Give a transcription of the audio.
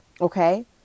Okay